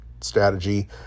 strategy